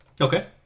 Okay